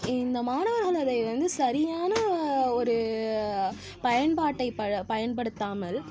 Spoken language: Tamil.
இந்த மாணவர்கள் அதை வந்து சரியான ஒரு பயன்பாட்டை ப பயன்படுத்தாமல்